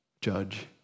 judge